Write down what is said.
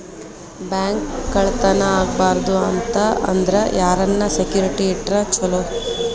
Bank ಕಳ್ಳತನಾ ಆಗ್ಬಾರ್ದು ಅಂತ ಅಂದ್ರ ಯಾರನ್ನ ಸೆಕ್ಯುರಿಟಿ ಇಟ್ರ ಚೊಲೊ?